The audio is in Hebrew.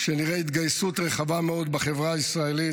שנראה התגייסות רחבה מאוד בחברה הישראלית,